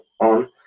on